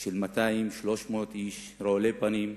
של 200 300 איש רעולי פנים,